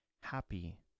happy